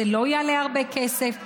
זה לא יעלה הרבה כסף,